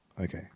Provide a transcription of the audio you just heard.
Okay